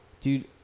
dude